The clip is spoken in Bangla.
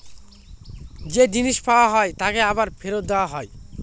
যে জিনিস পাওয়া হয় তাকে আবার ফেরত দেওয়া হয়